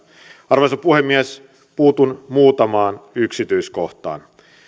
arvoisa puhemies puutun muutamaan yksityiskohtaan